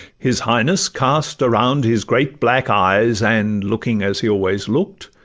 his highness cast around his great black eyes, and looking, as he always look'd,